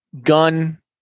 gun